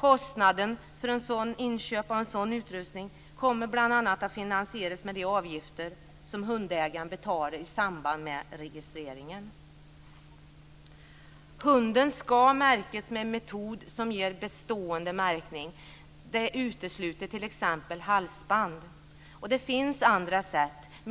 Kostnaden för inköp av sådan utrustning kommer att bl.a. finansieras med de avgifter som hundägaren betalar i samband med registreringen. Hunden ska märkas med en metod som ger bestående märkning. Detta utesluter t.ex. halsband. Det finns andra sätt